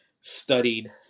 studied